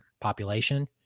population